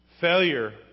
Failure